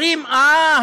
אומרים: אה,